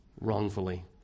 wrongfully